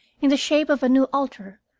in the shape of a new altar,